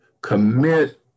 commit